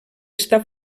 està